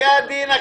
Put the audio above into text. בחיאת דינכ,